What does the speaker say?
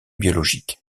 biologiques